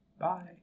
Bye